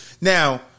Now